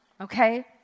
okay